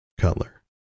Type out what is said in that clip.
Cutler